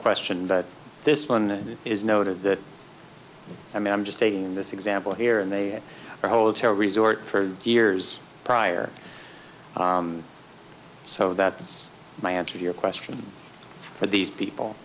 question but this one is noted that i mean i'm just taking this example here and they were hotel resort for years prior so that's my answer to your question for these people